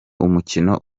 umukino